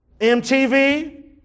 MTV